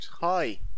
hi